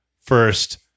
first